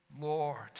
Lord